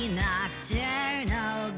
nocturnal